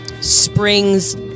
springs